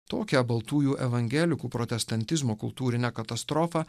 tokią baltųjų evangelikų protestantizmo kultūrinę katastrofą